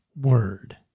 Word